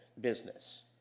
business